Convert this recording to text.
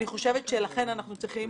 אנחנו צריכים